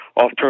off